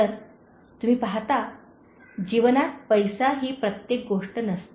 तर तुम्ही पाहता जीवनात पैसा ही प्रत्येक गोष्ट नसते